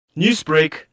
Newsbreak